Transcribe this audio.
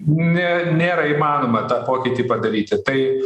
ne nėra įmanoma tą pokytį padaryti tai